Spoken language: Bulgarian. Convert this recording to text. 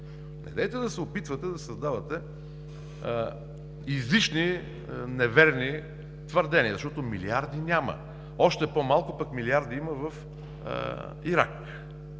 Недейте да се опитвате да създавате излишни неверни твърдения, защото милиарди няма, още по-малко милиарди пък има в Ирак.